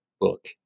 book